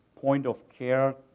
point-of-care